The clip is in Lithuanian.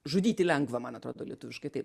žudyti lengva man atrodo lietuviškai taip